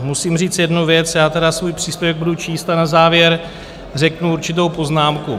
Musím říct jednu věc, já svůj příspěvek budu číst a na závěr řeknu určitou poznámku.